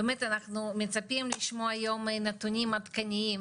באמת אנחנו מצפים לשמוע היום נתונים עדכניים